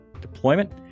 deployment